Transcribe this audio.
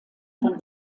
von